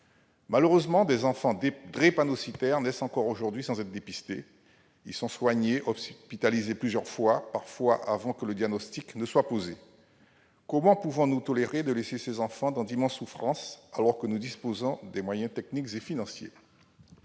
Malheureusement, des enfants drépanocytaires naissent encore aujourd'hui sans être dépistés. Ils sont soignés et, parfois, hospitalisés plusieurs fois avant que le diagnostic soit posé. Comment pouvons-nous tolérer de laisser ces enfants dans d'immenses souffrances alors que nous disposons des moyens techniques et financiers